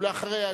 ואחריה,